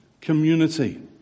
community